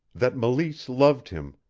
that meleese loved him,